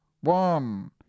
one